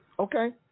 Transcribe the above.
Okay